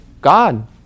God